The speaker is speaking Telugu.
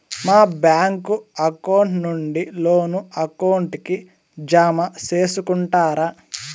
మా బ్యాంకు అకౌంట్ నుండి లోను అకౌంట్ కి జామ సేసుకుంటారా?